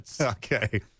Okay